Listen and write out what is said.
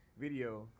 video